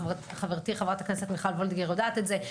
וחברתי חברת הכנסת מיכל וולדיגר יודעת את זה,